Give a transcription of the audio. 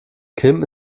kim